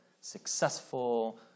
successful